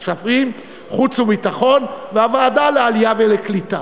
כספים, חוץ וביטחון והוועדה לעלייה ולקליטה.